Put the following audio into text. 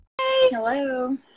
Hello